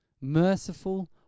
merciful